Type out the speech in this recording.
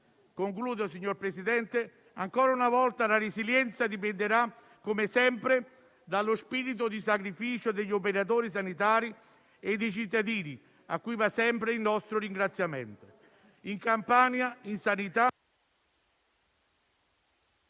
regionale. Signora Presidente, ancora una volta la resilienza dipenderà, come sempre, dallo spirito di sacrificio degli operatori sanitari e dei cittadini, a cui va sempre il nostro ringraziamento.